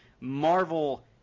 Marvel